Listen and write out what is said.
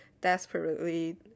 desperately